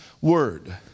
word